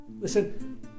Listen